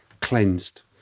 cleansed